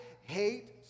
hate